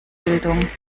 bildung